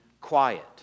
quiet